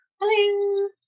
hello